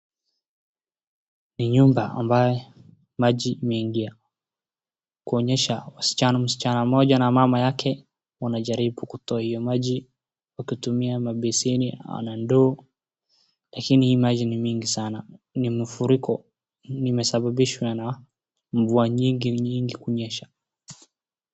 Ni nyumba ambaye maji imeingia kuonyesha wasichana, msichana mmoja na mama yake wanajaribu kutoa hiyo maji wakitumia mabesheni na ndoo, lakini hii maji ni mingi sana, ni mafuriko, na imesababishwa na mvua nyingi nyingi kunyesha.